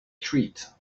treat